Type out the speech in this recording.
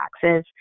taxes